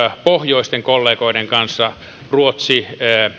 pohjoisten kollegoiden kanssa ruotsi